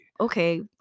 Okay